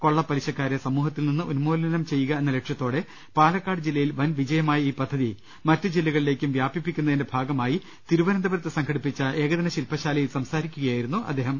കൊള്ളപ്പ ലിശക്കാരെ സമൂഹത്തിൽ നിന്ന് ഉന്മൂലനം ചെയ്യുക എന്ന ലക്ഷ്യത്തോടെ പാല ക്കാട് ജില്ലയിൽ വൻവിജയമായ ഈ പദ്ധതി മറ്റു ജില്ലകളിലേക്കും വ്യാപിപ്പിക്കു ന്നതിന്റെ ഭാഗമായി തിരുവനന്തപുരത്ത് സംഘടിപ്പിച്ച ഏകദിന ശില്പശാലയിൽ സംസാരിക്കുകയായിരുന്നു അദ്ദേഹം